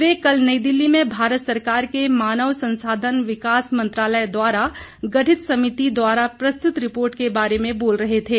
वे कल नई दिल्ली में भारत सरकार के मानव संसाधन विकास मंत्रालय द्वारा गठित समिति द्वारा प्रस्तुत रिपोर्ट के बारे में बोल रहे थे